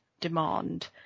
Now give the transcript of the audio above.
demand